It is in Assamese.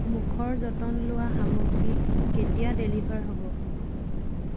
মুখৰ যতন লোৱা সামগ্ৰী কেতিয়া ডেলিভাৰ হ'ব